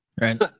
Right